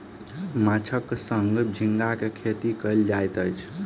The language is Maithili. माँछक संग झींगा के खेती कयल जाइत अछि